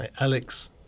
Alex